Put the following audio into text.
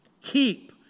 Keep